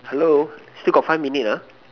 hello still got five minute lah